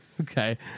Okay